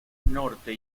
norte